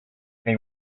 they